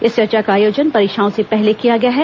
इस चर्चा का आयोजन परीक्षाओं से पहले किया गया है